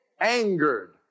angered